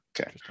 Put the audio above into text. okay